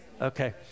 Okay